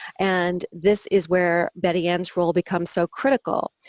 and this is where betty-ann's role becomes so critical.